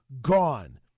Gone